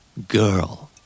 girl